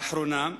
לאחרונה,